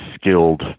skilled